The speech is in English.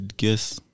guess